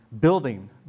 building